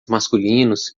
masculinos